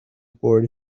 board